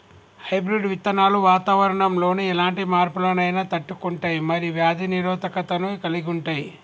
hybrid విత్తనాలు వాతావరణంలోని ఎలాంటి మార్పులనైనా తట్టుకుంటయ్ మరియు వ్యాధి నిరోధకతను కలిగుంటయ్